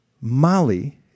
mali